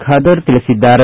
ಖಾದರ್ ತಿಳಿಸಿದ್ದಾರೆ